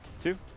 two